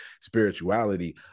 spirituality